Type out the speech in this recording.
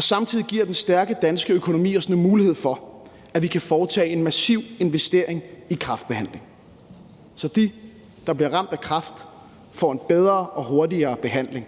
Samtidig giver den stærke danske økonomi os nu mulighed for, at vi kan foretage en massiv investering i kræftbehandlingen, så de, der bliver ramt af kræft, får en bedre og hurtigere behandling,